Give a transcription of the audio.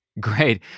Great